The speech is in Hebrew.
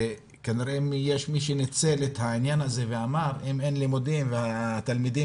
וכנראה שיש מי שניצל את העניין ואמר שאם אין לימודים והתלמידים